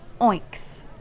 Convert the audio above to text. oinks